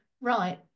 right